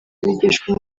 bigishwa